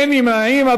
אין נמנעים.